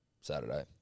Saturday